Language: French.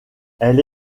elle